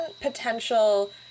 potential